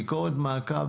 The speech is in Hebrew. ביקורת מעקב